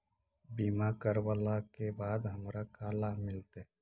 बीमा करवला के बाद हमरा का लाभ मिलतै?